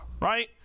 right